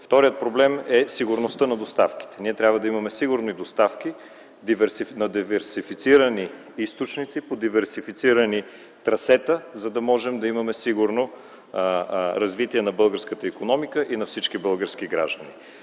Вторият проблем е сигурността на доставките. Ние трябва да имаме сигурни доставки на диверсифицирани източници по диверсифицирани трасета, за да можем да имаме сигурно развитие на българската икономика и на всички български граждани.